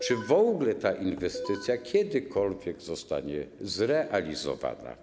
Czy w ogóle ta inwestycja kiedykolwiek zostanie zrealizowana?